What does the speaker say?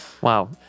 Wow